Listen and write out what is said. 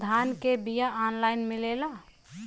धान के बिया ऑनलाइन मिलेला?